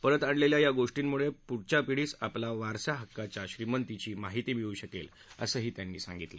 परत आणलेल्या या गोष्टींमुळे पुढील पिढीस आपल्या वारसा हक्काच्या श्रीमंतीची माहिती मिळू शकेल असंही ते म्हणाले